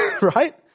right